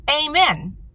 amen